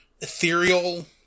ethereal